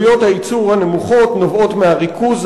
ועוד מובאה: "עלויות הייצור הנמוכות נובעות מהריכוז